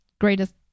greatest